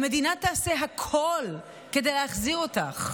המדינה תעשה הכול כדי להחזיר אותך.